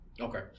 Okay